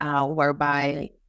whereby